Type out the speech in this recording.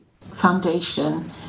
Foundation